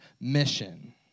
mission